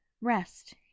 Rest